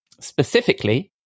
Specifically